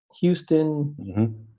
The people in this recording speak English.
Houston